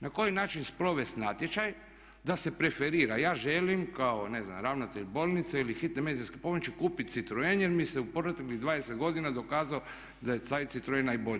Na koji način sprovest natječaj da se preferira ja želim kao ne znam ravnatelj bolnice ili hitne medicinske pomoći kupit citroen jer mi se u proteklih 20 godina dokazao da je taj citroen najbolji.